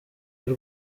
y’u